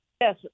Yes